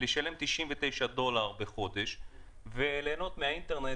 לשלם 99 דולר בחודש וליהנות מהאינטרנט